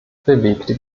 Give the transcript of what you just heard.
bewegte